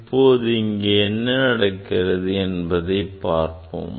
இப்போது இங்கே என்ன நடக்கிறது என்பதை பார்ப்போம்